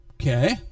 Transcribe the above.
okay